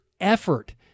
effort